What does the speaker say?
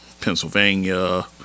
Pennsylvania